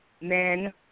men